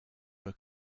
were